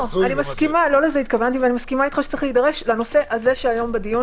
אני מסכימה שצריך להידרש לנושא הזה שהיום בדיון,